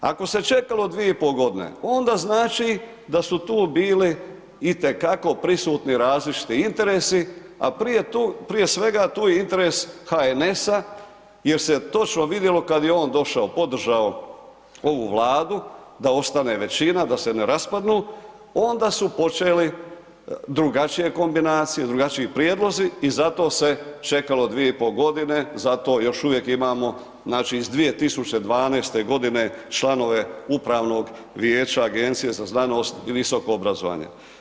Ako se je čekalo 2,5 godine, onda znači da su tu bili itekako prisutni različiti interesi a prije svega tu je interes HNS-a jer se točno vidjelo kada je on došao, podržao ovu vladu, da ostane većina, da se ne raspadnu, onda su počeli drugačije kombinacije, drugačiji prijedlozi i zato se čekalo 2,5 godine, zato još uvijek imamo iz 2012. g. članove Upravnog vijeća Agencije za znanost i visoko obrazovanje.